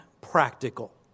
practical